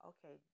Okay